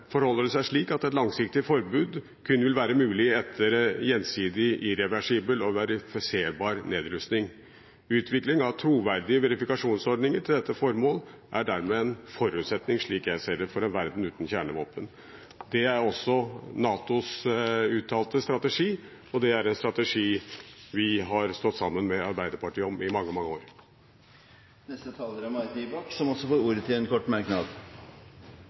forholder det seg slik at et langsiktig forbud kun vil være mulig etter gjensidig irreversibel og verifiserbar nedrustning. Utvikling av troverdige verifikasjonsordninger til dette formål er dermed en forutsetning – slik jeg ser det – for en verden uten kjernevåpen. Det er også NATOs uttalte strategi, og det er en strategi vi har stått sammen med Arbeiderpartiet om i mange, mange år. Representanten Marit Nybakk har hatt ordet to ganger tidligere og får ordet til en kort merknad,